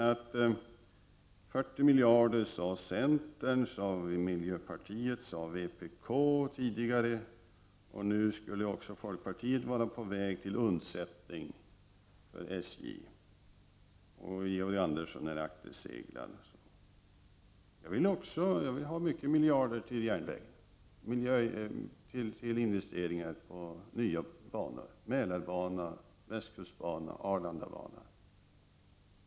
Centern, miljöpartiet och liksom tidigare vpk krävde 40 miljarder. Nu skulle också folkpartiet vara på väg till undsättning för SJ. Rune Thorén sade att Georg Andersson är akterseglad. Också jag vill ha många miljarder till investeringar i nya banor på järnvägen, Mälarbanan, västkustbanan och Arlandabanan.